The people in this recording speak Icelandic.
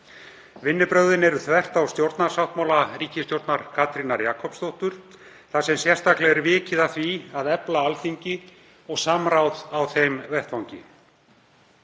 Vinnubrögðin eru þvert á stjórnarsáttmála ríkisstjórnar Katrínar Jakobsdóttur þar sem sérstaklega er vikið að því að efla Alþingi og samráð á þeim vettvangi.